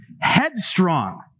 Headstrong